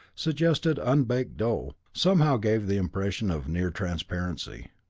suggesting unbaked dough, somehow gave the impression of near-transparency.